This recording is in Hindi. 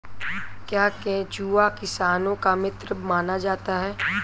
क्या केंचुआ किसानों का मित्र माना जाता है?